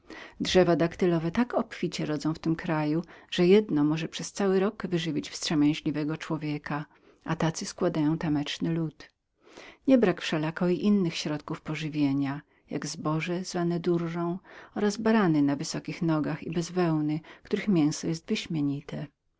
drzewa daktylowe tak obficie rodzą w tym kraju że jedno może przez cały rok wyżywić wstrzemięźliwego człowieka jacy w ogóle składają tameczny lud nie brak wszelako i na innych środkach pożywienia temi są zboże nazwane duzą i barany na wysokich nogach i bez wełny których mięso